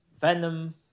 Venom